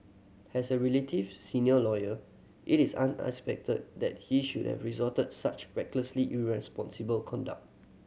has a relative senior lawyer it is that he should have resorted such recklessly irresponsible conduct